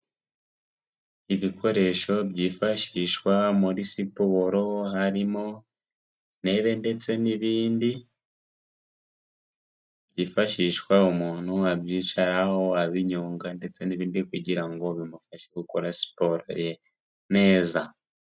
Ibikoresho byifashishwa muri siporo, harimo intebe ndetse n'ibindi byifashishwa umuntu abyicaraho, abinyonga ndetse n'ibindi kugira ngo bimufashe gukora siporo ye neza.